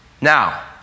Now